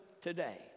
today